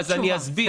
אדם רגיש,